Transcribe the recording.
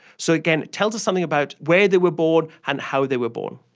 so again, it tells us something about where they were born and how they were born.